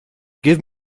give